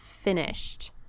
finished